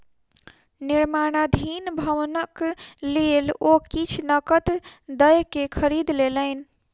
निर्माणाधीन भवनक लेल ओ किछ नकद दयके खरीद लेलैन